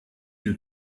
two